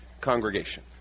congregation